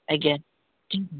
ଆଜ୍ଞା